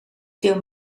veel